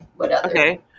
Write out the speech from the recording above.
Okay